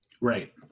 Right